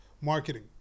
marketing